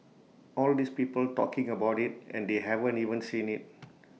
all these people talking about IT and they haven't even seen IT